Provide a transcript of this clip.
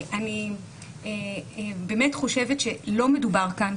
אני באמת חושבת שלא מדובר כאן,